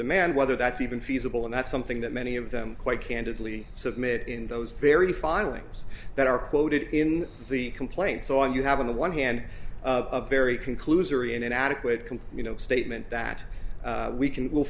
demand whether that's even feasible and that's something that many of them quite candidly submit in those very filings that are quoted in the complaint so i you have on the one hand of very conclusory an adequate can you know statement that we can will